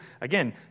again